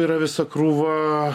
yra visa krūva